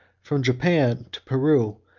from japan to peru,